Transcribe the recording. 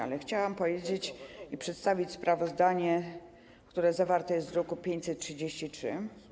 Ale chciałam powiedzieć, przedstawić sprawozdanie, które zawarte jest w druku nr 533.